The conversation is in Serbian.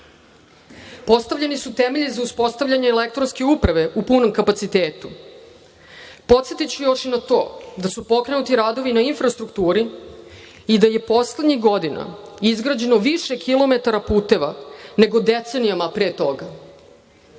Postavljeni su temelji za uspostavljanje elektronske uprave u punom kapacitetu. Podsetiću još i na to da su pokrenuti radovi na infrastrukturi i da je poslednjih godina izgrađeno više kilometara puteva, nego decenijama pre toga.